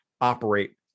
operate